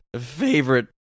favorite